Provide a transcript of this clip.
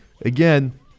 again